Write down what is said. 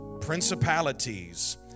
principalities